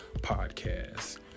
podcast